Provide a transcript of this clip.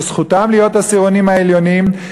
שזכותם להיות העשירונים העליונים,